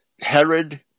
Herod